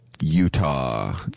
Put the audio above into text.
Utah